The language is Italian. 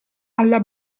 alla